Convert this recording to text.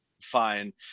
fine